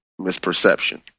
misperception